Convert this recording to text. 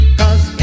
cause